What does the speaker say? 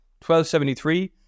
1273